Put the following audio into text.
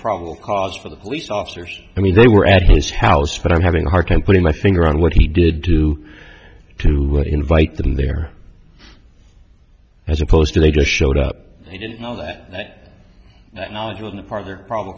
probable cause for the police officers i mean they were at his house but i'm having a hard time putting my finger on what he did do to invite them there as opposed to they just showed up he didn't know that that knowledge wasn't part of their problem